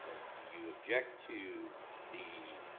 ah do you object to the